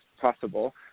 possible